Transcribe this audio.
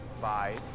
Five